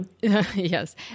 yes